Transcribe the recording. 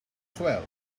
swell